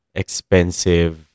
expensive